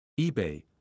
eBay